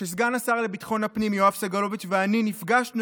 כשסגן השר לביטחון הפנים יואב סגלוביץ' ואני נפגשנו